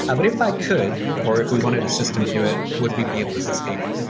ah but if i could or if we wanted a system to do it, would we be able to sustain it?